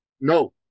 No